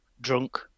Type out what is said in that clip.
drunk